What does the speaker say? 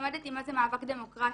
אני למדתי מה זה מאבק דמוקרטי.